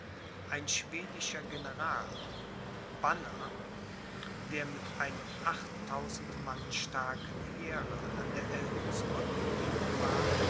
ein schwedischer general banner der mit einem achttausend mann starken heere an der elbe zurück geblieben war